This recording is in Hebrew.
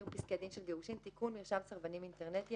פסקי דין של גירושין) (תיקון מרשם סרבנים אינטרנטי),